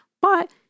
But-